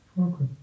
Okay